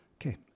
Okay